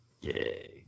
yay